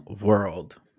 world